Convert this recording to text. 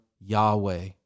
Yahweh